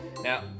Now